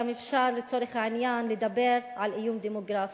אז אפשר לצורך העניין לדבר גם על איום דמוגרפי.